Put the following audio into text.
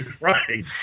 Right